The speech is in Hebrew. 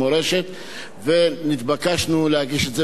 ונתבקשנו להגיש את זה בחקיקה נפרדת,